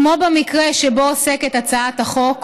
כמו במקרה שבו עוסקת הצעת החוק,